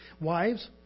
Wives